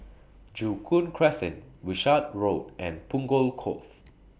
Joo Koon Crescent Wishart Road and Punggol Cove